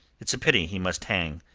it's a pity he must hang.